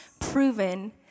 proven